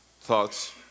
thoughts